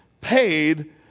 paid